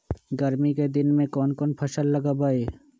गर्मी के दिन में कौन कौन फसल लगबई?